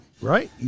Right